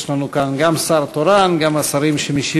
יש לנו כאן גם שר תורן, גם השרים שמשיבים.